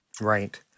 right